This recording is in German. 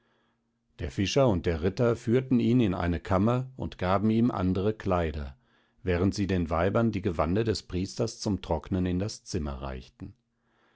der fischer und der ritter führten ihn in eine kammer und gaben ihm andre kleider während sie den weibern die gewande des priesters zum trocknen in das zimmer reichten